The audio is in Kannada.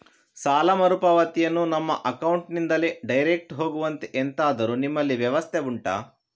ಸಾಲ ಮರುಪಾವತಿಯನ್ನು ನಮ್ಮ ಅಕೌಂಟ್ ನಿಂದಲೇ ಡೈರೆಕ್ಟ್ ಹೋಗುವಂತೆ ಎಂತಾದರು ನಿಮ್ಮಲ್ಲಿ ವ್ಯವಸ್ಥೆ ಉಂಟಾ